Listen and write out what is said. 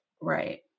Right